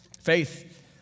Faith